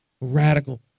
Radical